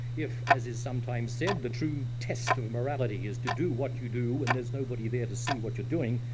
if, as is sometimes said, the true test of morality is to do what you do when there's nobody there to see what you're doing,